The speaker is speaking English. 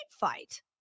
fight